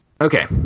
Okay